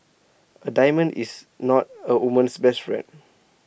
A diamond is not A woman's best friend